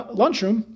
lunchroom